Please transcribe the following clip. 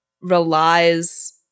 relies –